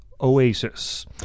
Oasis